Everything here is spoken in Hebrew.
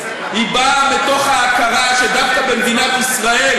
היא באה מתוך ההכרה שדווקא במדינת ישראל